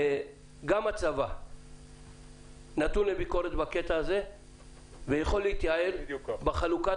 גם הצבא נתון לביקורת בקטע הזה ויכול להתייעל בחלוקת